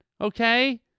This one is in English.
okay